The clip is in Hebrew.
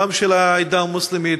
גם של העדה המוסלמית,